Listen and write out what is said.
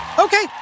Okay